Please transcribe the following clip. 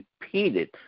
repeated